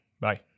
Bye